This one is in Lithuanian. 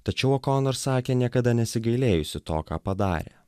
tačiau okonor sakė niekada nesigailėjusi to ką padarė